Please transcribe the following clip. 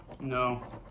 No